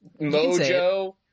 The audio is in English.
mojo